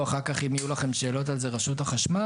אחר כך אם יהיו לכם שאלות על זה רשות החשמל,